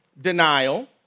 denial